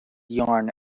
yarn